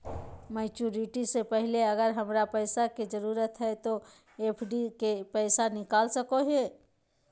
Maturity से पहले अगर हमरा पैसा के जरूरत है तो एफडी के पैसा निकल सको है?